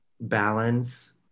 balance